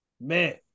man